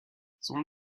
son